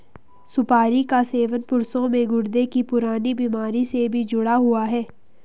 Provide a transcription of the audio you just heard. सुपारी का सेवन पुरुषों में गुर्दे की पुरानी बीमारी से भी जुड़ा हुआ है